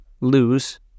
lose